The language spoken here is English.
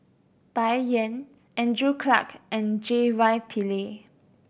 Bai Yan Andrew Clarke and J Y Pillay